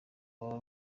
baba